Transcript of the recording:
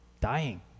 dying